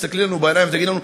תסתכלי לנו בעיניים ותגידי לנו,